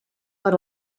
per